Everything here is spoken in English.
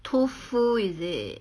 tu fu is it